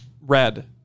Red